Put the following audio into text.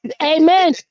amen